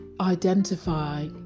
identify